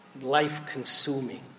life-consuming